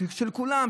של כולם,